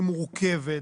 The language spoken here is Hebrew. היא מורכבת,